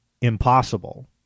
impossible